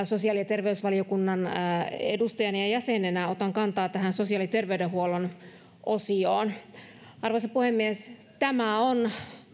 sosiaali ja terveysvaliokunnan edustajana ja jäsenenä otan kantaa tähän sosiaali ja terveydenhuollon osioon arvoisa puhemies tämä on